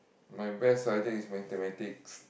my best subject is mathematics